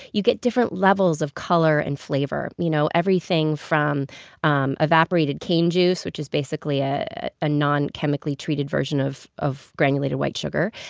you get different levels of color and flavor. you get know everything from um evaporated cane juice, which is basically a ah non-chemically treated version of of granulated white sugar,